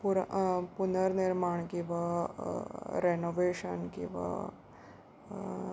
पुर पुनर्निर्माण किंवा रॅनोवेशन किंवा